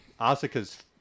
Asuka's